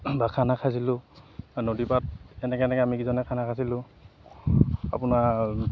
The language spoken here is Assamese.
বা খানা খাইছিলোঁ আৰু নদীৰ পাৰত এনেকৈ এনেকৈ আমিকেইজনে খানা খাইছিলোঁ আপোনাৰ